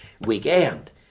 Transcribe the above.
weekend